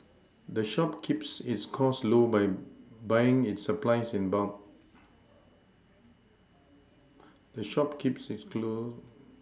the shop keeps its costs low by buying its supplies in bulk the shop keeps its